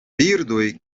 birdoj